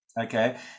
Okay